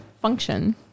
function